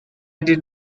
did